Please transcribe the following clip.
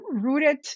rooted